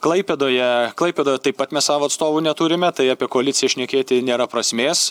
klaipėdoje klaipėdoje taip pat mes savo atstovų neturime tai apie koaliciją šnekėti nėra prasmės